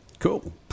cool